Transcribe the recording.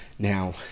Now